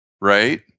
right